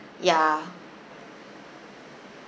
ya